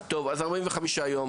טוב, 45 יום.